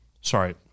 Sorry